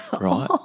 Right